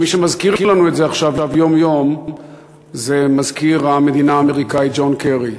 מי שמזכיר לנו את זה עכשיו יום-יום זה מזכיר המדינה האמריקני ג'ון קרי.